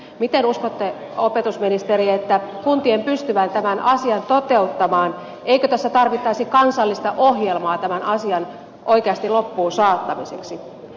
miten uskotte opetusministeri kuntien pystyvän tämän asian toteuttamaan eikö tässä tarvittaisi kansallista ohjelmaa tämän asian oikeasti loppuun saattamiseksi